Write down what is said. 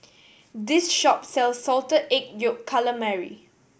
this shop sells Salted Egg Yolk Calamari